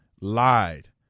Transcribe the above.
lied